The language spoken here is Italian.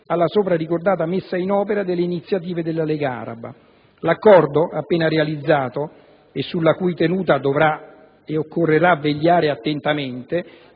alla sopra ricordata messa in opera delle iniziative della Lega araba. L'accordo, appena realizzato e sulla cui tenuta occorrerà vegliare attentamente,